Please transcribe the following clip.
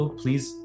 please